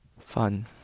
Fun